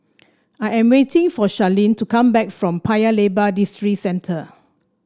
I am waiting for Sharleen to come back from Paya Lebar Districentre